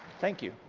thank you.